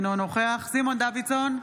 אינו נוכח סימון דוידסון,